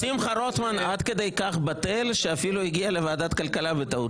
שמחה רוטמן עד כדי כך בטל שאפילו הגיע לוועדת הכלכלה בטעות,